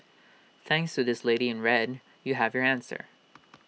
thanks to this lady in red you have your answer